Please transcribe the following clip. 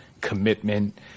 commitment